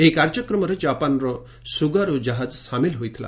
ଏହି କାର୍ଯ୍ୟକ୍ରମରେ ଜାପାନର ସୁଗାରୁ କାହାଜ ସାମିଲ ହୋଇଥିଲା